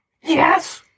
Yes